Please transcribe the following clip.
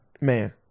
Man